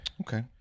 okay